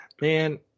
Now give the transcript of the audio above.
man